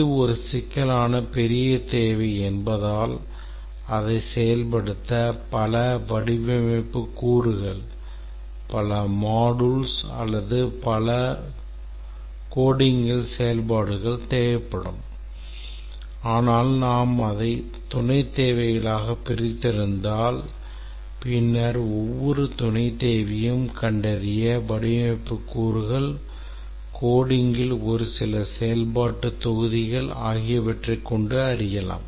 இது ஒரு சிக்கலான பெரிய தேவை என்பதால் அதை செயல்படுத்த பல வடிவமைப்பு கூறுகள் பல மாடுல்ஸ் அல்லது codingல் செயல்பாடுகள் தேவைப்படும் ஆனால் நாம் அதை துணை தேவைகளாக பிரித்திருந்தால் பின்னர் ஒவ்வொரு துணைத் தேவையும் கண்டறிய வடிவமைப்பு கூறுகள் codingல் ஒரு சில செயல்பாட்டு தொகுதிகள் ஆகியவற்றைக் கொண்டு அறியலாம்